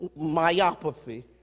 myopathy